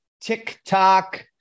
TikTok